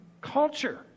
culture